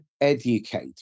educate